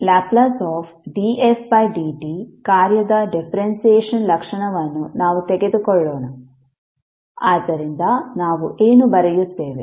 Ldfdt ಕಾರ್ಯದ differentiation ಲಕ್ಷಣವನ್ನು ನಾವು ತೆಗೆದುಕೊಳ್ಳೋಣ ಆದ್ದರಿಂದ ನಾವು ಏನು ಬರೆಯುತ್ತೇವೆ